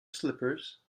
slippers